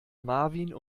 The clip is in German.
marvin